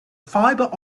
fiber